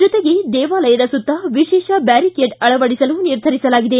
ಜೊತೆಗೆ ದೇವಾಲಯದ ಸುತ್ತ ವಿಶೇಷ ಬ್ಯಾರಿಕೇಡ್ ಅಳವಡಿಸಲು ನಿರ್ಧರಿಸಲಾಗಿದೆ